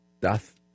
doth